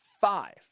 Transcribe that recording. five